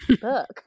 book